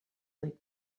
like